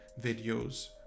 videos